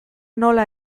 nola